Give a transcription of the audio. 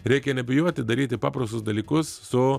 reikia nebijoti daryti paprastus dalykus su